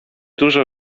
dużo